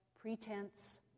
pretense